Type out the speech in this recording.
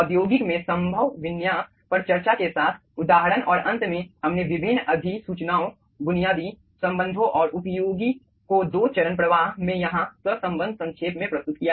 औद्योगिक में संभव विन्यास पर चर्चा के साथ उदाहरण और अंत में हमने विभिन्न अधिसूचनाओं बुनियादी संबंधों और उपयोगी को दो चरण प्रवाह में यहाँ सहसंबंध संक्षेप में प्रस्तुत किया है